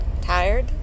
tired